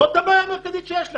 זאת הבעיה המרכזית שיש לנו.